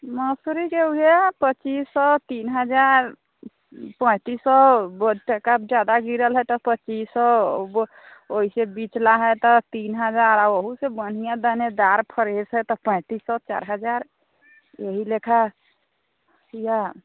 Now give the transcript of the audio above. मौसरीके वएह पच्चीस सओ तीन हजार पैँतिस सओ बहुत ज्यादा गिरल हइ तऽ पच्चीस सओ ओहिसँ बिचला हइ तऽ तीन हजार ओहोसँ बढ़िआँ दानेदार फ्रेश हइ तऽ पैँतिस सओ चारि हजार एही लेखा या